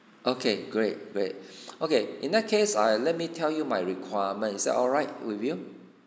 okay great great okay in that case ah let me tell you my requirements that alright with you